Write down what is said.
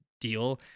deal